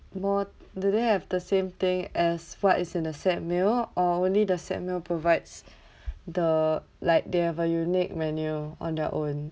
more do they have the same thing as what is in the set meal or only the set meal provides the like they have a unique menu on their own